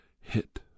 hit